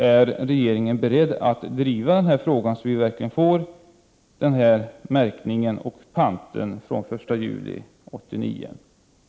Är regeringen beredd att driva denna fråga, så att vi verkligen får denna märkning och pant från den 1 juli 1989?